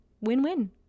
win-win